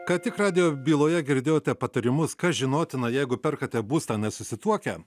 ką tik radijo byloje girdėjote patarimus kas žinotina jeigu perkate būstą nesusituokę